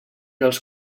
els